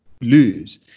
lose